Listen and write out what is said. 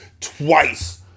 Twice